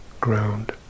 ground